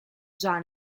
già